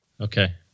Okay